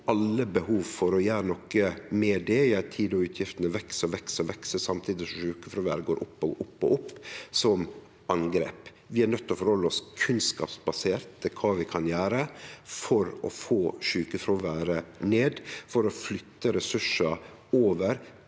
alle behov for å gjere noko med det – i ei tid då utgiftene veks og veks, samtidig som sjukefråværet går opp og opp – som angrep. Vi er nøydde til å forhalde oss kunnskapsbaserte til kva vi kan gjere for å få sjukefråværet ned, for å flytte ressursar over